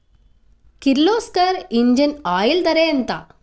Kirloskar engine oil ధర ఎంత?